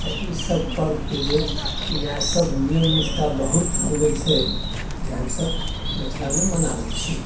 तऽ ई सभ पर्वके जे इएह सभ नियम निष्ठा बहुत होबै छै जे हमसभ मिथिलामे मनाबै छी